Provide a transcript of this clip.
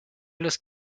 los